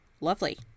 Lovely